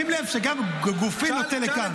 שים לב שגם גופי נוטה לכאן.